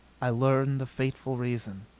i learned the fateful reason.